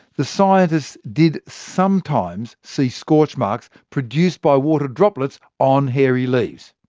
the scientists did sometimes see scorch marks produced by water droplets on hairy leaves.